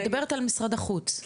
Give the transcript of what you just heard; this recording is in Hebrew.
אני מדברת על משרד החוץ,